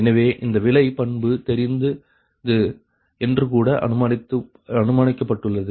எனவே இந்த விலை பண்பு தெரிந்தது என்று கூட அனுமானிக்கப்பட்டுள்ளது